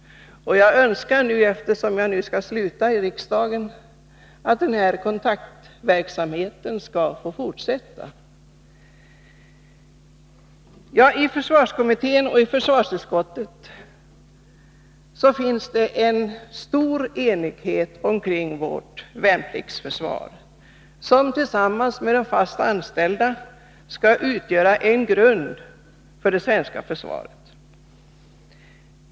Jag själv skall nu sluta i riksdagen, men jag önskar att denna kontaktverksamhet skall få fortsätta. I försvarskommittén och i försvarsutskottet finns det en stor enighet omkring vårt värnpliktsförsvar, som tillsammans med de fast anställda skall utgöra en grund för det svenska försvaret.